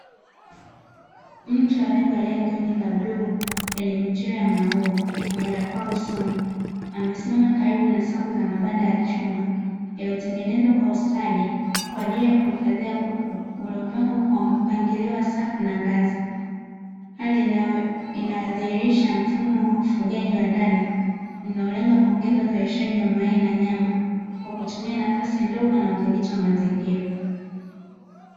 Mtu aliyevalia gauni la bluu, lenye michoro ya maua na barakoa usoni, amesimama karibu na safu za mabanda ya chuma, yaliyotengenezwa kwa ustadi kwa ajili ya kuhifadhia kuku, waliopangwa kwa mpangilio wa safu na ngazi. Hali inayodhihirisha mfumo wa ufugaji wa ndani, unaolenga kuongeza uzalishaji wa mayai na nyama, kwa kutumia nafasi ndogo na udhibiti wa mazingira.